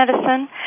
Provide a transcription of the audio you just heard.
medicine